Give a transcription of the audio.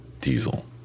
diesel